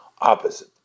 opposite